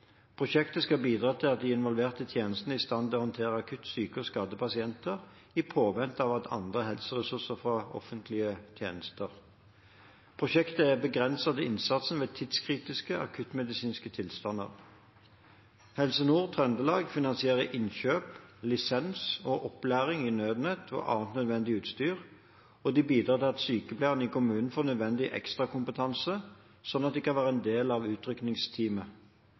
Prosjektet skal bidra til at de involverte tjenestene er i stand til å håndtere akutt syke og skadde pasienter i påvente av andre helseressurser fra offentlig helsetjeneste. Prosjektet er begrenset til innsats ved tidskritiske akuttmedisinske tilstander. Helse Nord-Trøndelag finansierer innkjøp, lisens og opplæring i nødnett og annet nødvendig utstyr, og de bidrar til at sykepleiere i kommunen får nødvendig ekstrakompetanse, slik at de kan være en del av